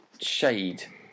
shade